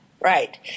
Right